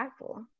impactful